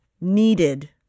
needed